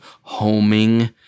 homing